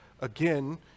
again